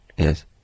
Yes